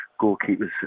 goalkeepers